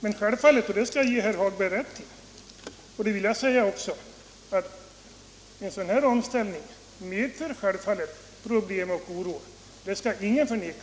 Men självfallet — och det skall jag ge herr Hagberg rätt i — medför en sådan här omställning problem och oro. Det skall ingen förneka.